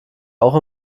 auch